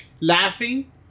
laughing